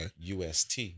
UST